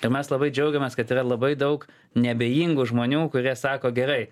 tai mes labai džiaugiamės kad yra labai daug neabejingų žmonių kurie sako gerai